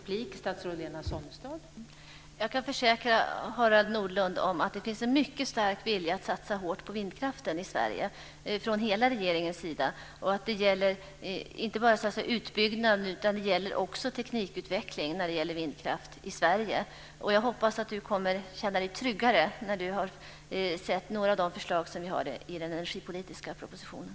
Fru talman! Jag kan försäkra Harald Nordlund om att det finns en mycket stark vilja från hela regeringens sida att satsa hårt på vindkraften i Sverige. Det gäller inte bara utbyggnad, utan det gäller också teknikutveckling av vindkraft i Sverige. Jag hoppas att Harald Nordlund kommer att känna sig tryggare när han har sett några av de förslag som vi har i den energipolitiska propositionen.